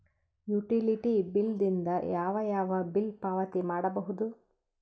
Utility bill ದಿಂದ ಯಾವ ಯಾವ ಬಿಲ್ ಪಾವತಿ ಮಾಡಬಹುದು?